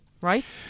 Right